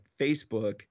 Facebook